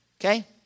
okay